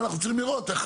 אנחנו צריכים לראות איך